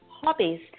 hobbies